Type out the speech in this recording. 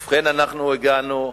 ובכן, אנחנו הגענו,